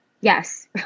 Yes